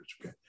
okay